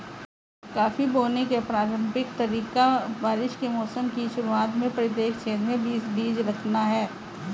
coffee बोने का पारंपरिक तरीका बारिश के मौसम की शुरुआत में प्रत्येक छेद में बीस बीज रखना है